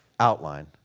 outline